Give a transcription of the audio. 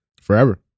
forever